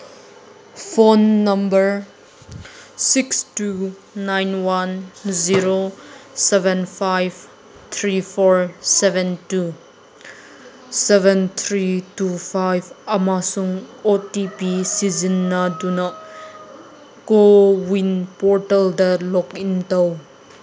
phone number six two nine one zero seven five three four seven two seven three two five ꯑꯃꯁꯨꯡ O T P ꯁꯤꯖꯤꯟꯅꯗꯨꯅ ꯀꯣꯋꯤꯟ ꯄꯣꯔꯇꯦꯜꯗ ꯂꯣꯛꯏꯟ ꯇꯧ